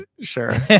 sure